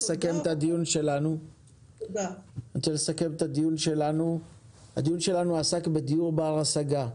לסיכום: הדיון שלנו עסק בדיור בר השגה.